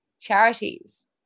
charities